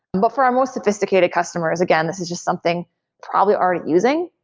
but for our most sophisticated customers, again, this is just something probably aren't using,